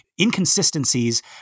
inconsistencies